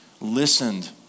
listened